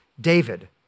David